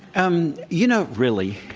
um you know, really,